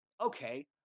okay